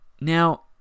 Now